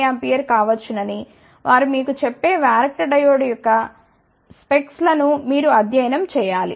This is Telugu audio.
1 mA లేదా 10 mA కావచ్చునని వారు మీకు చెప్పే వ్యారక్టర్ డయోడ్ యొక్క స్పెక్స్లను మీరు అధ్యయనం చేయాలి